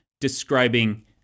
describing